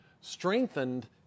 Strengthened